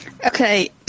Okay